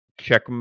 check